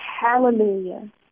Hallelujah